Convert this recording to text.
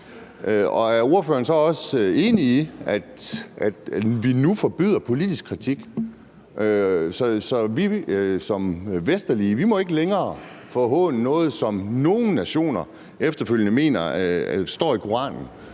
Er ordføreren så også enig i, at vi nu forbyder politisk kritik? Vesterlændinge må ikke længere forhåne noget, som nogle nationer efterfølgende mener står i Koranen.